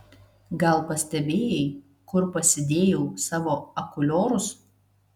gal pastebėjai kur pasidėjau savo akuliorus